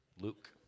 Luke